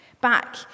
back